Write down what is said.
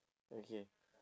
okay